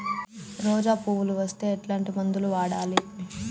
రోజా పువ్వులు వస్తే ఎట్లాంటి మందులు వాడాలి?